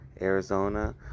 Arizona